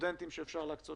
סטודנטים שאפשר להקצות